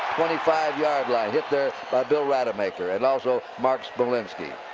twenty five yard line. hit there by bill rademacher and also mark smolinski.